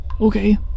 Okay